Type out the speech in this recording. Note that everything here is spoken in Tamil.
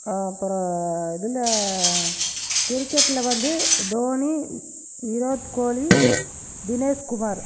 அப்புறோம் இதில் கிரிக்கெட்டில் வந்து தோனி விராட் கோலி தினேஷ் குமார்